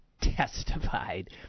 testified